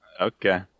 Okay